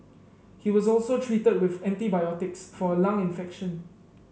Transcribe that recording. he was also treated with antibiotics for a lung infection